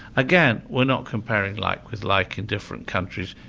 again, we're not comparing liker with like in different countries.